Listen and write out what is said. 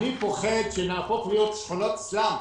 אני פוחד שנהפוך לשכונות סלמס.